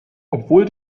obwohl